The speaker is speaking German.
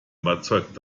überzeugt